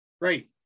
Right